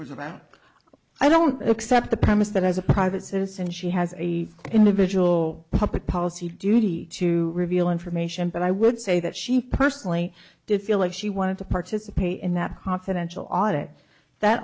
about i don't accept the premise that as a private citizen she has a individual public policy duty to reveal information but i would say that she personally did feel like she wanted to participate in that confidential audit that